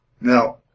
Now